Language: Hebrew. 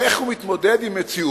איך הוא מתמודד עם מציאות